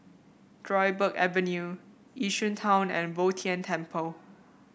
Dryburgh Avenue Yishun Town and Bo Tien Temple